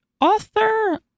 author